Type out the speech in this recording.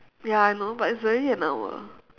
ya I know but is already an hour